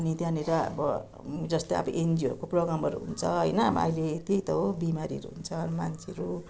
अनि त्यहाँनिर अब जस्तै अब एनजिओहरूको प्रोग्रामहरू हुन्छ होइन अहिले त्यही त हो बिमारीहरू हुन्छ मान्छेहरू